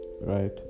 Right